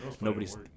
nobody's